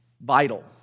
vital